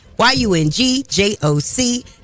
Y-U-N-G-J-O-C